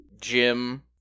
Jim